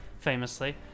famously